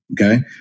Okay